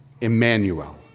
Emmanuel